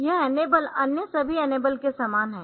यह इनेबल अन्य सभी इनेबल के समान है